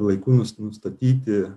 laiku nu nustatyti